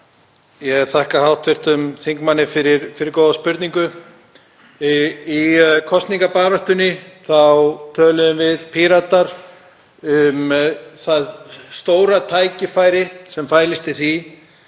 Ég þakka hv. þingmanni fyrir góða spurningu. Í kosningabaráttunni töluðum við Píratar um það stóra tækifæri sem fælist í því